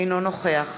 אינו נוכח